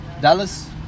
Dallas